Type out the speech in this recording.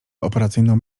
operacyjną